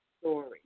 story